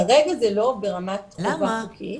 כרגע זה לא ברמת חובה חוקית.